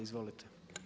Izvolite.